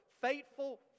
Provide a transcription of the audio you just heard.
faithful